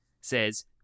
says